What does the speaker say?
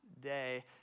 day